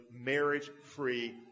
marriage-free